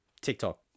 TikTok